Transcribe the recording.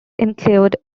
include